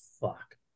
fuck